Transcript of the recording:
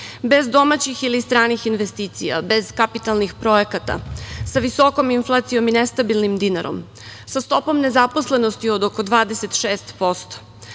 domaćih ili stranih investicija, bez kapitalnih projekata, sa visokom inflacijom i nestabilnim dinarom i sa stopom nezaposlenosti od oko 26%,